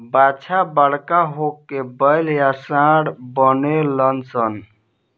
बाछा बड़का होके बैल या सांड बनेलसन